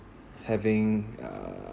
having uh